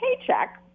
paycheck